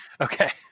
Okay